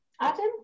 Adam